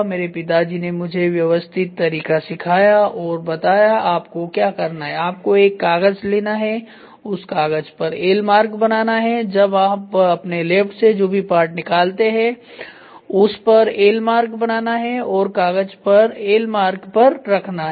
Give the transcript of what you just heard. मेरे पिताजी ने मुझे व्यवस्थित तरीका सिखाया और बताया आपको क्या करना है आपको एक कागज लेना है उस कागज पर एल मार्क बनाना है अब आप अपने लेफ्ट से जो भी पार्ट निकालते हैं उस पर एल मार्क बनाना है और कागज पर एल मार्क पर रखना है